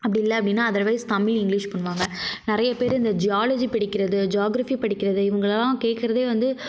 அப்படி இல்லை அப்படினா அதர்வைஸ் தமிழ் இங்கலீஷ் பண்ணுவாங்க நிறைய பேர் இந்த ஜ்வாலஜி படிக்கிறது ஜாக்ரஃபி படிக்கிறது இவங்களலாம் கேட்கறதே வந்து